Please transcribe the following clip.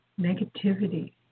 negativity